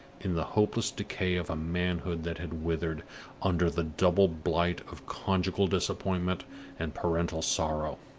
in the hopeless decay of a manhood that had withered under the double blight of conjugal disappointment and parental sorrow.